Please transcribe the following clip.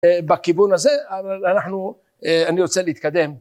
בכיוון הזה אנחנו, אני רוצה להתקדם.